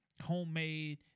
homemade